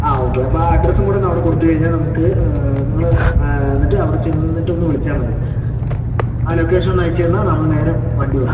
ആ ഓക്കെ അപ്പം ആ അഡ്രസ്സും കൂടെ ഒന്ന് അവിടെ കൊടുത്ത് കഴിഞ്ഞാൽ നമുക്ക് നിങ്ങളെ എന്നിട്ട് അവിടെ ചെന്നിട്ട് ഒന്ന് വിളിച്ചാൽ മതി ആ ലൊക്കേഷൻ ഒന്ന് അയച്ച് തന്നാൽ നമ്മള് നേരെ വണ്ടി വിടാം